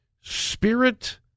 Spirit